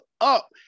up